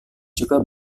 juga